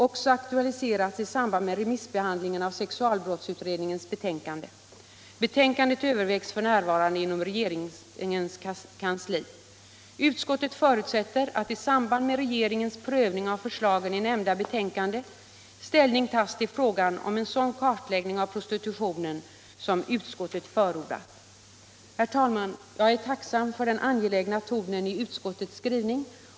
också aktualiserats i samband med remissbehandlingen av sexualbrotts 210 Herr talman! Jag är tacksam för den angelägna tonen i utskottets skrivning.